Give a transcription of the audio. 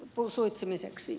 arvoisa puhemies